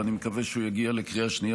ואני מקווה שהוא יגיע לקריאה שנייה